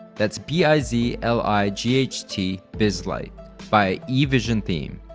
that's b i z l i g h t, bizlight by evisiontheme.